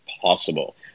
possible